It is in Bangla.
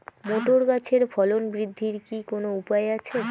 মোটর গাছের ফলন বৃদ্ধির কি কোনো উপায় আছে?